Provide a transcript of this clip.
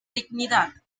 dignidad